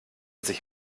sich